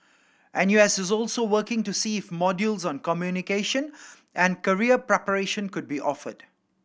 N U S is also working to see if modules on communication and career preparation could be offered